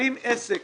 אם עסק